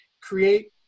create